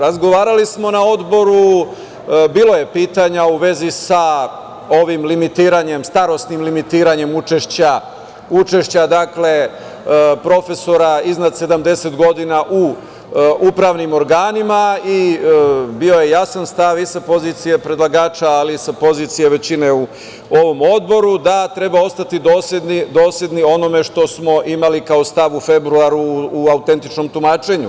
Razgovarali smo na Odboru, bilo je pitanja u vezi sa ovim limitiranjem, starosnim limitiranjem učešća, dakle, profesora iznad 70 godina u upravnim organima i bio je jasan stav i sa pozicije predlagača, ali i sa pozicije većine u ovom odboru, da treba ostati dosledni onome što smo imali kao stav u februaru, u autentičnom tumačenju.